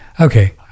okay